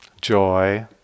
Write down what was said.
joy